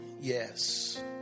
yes